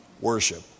worship